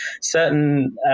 certain